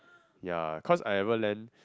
ya cause I ever lend